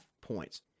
points